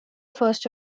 first